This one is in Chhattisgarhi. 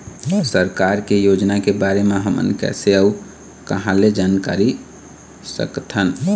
सरकार के योजना के बारे म हमन कैसे अऊ कहां ल जानकारी सकथन?